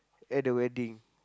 at the wedding